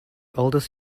oldest